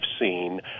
seen